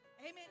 Amen